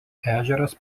ežeras